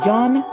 John